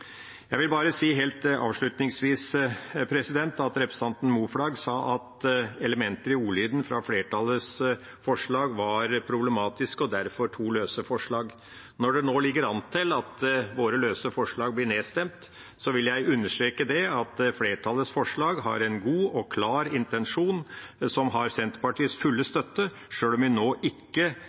Jeg vil bare si helt avslutningsvis at representanten Moflag sa at elementer i ordlyden i flertallets forslag var problematisk, og derfor er det to løse forslag. Når det nå ligger an til at våre løse forslag blir nedstemt, vil jeg understreke at flertallets forslag har en god og klar intensjon, som har Senterpartiets fulle støtte – sjøl om vi nå ikke